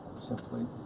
simply,